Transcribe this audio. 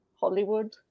Hollywood